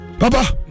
Papa